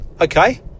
okay